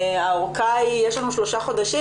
יש לנו שלושה חודשים,